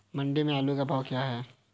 मंडी में आलू का भाव क्या है?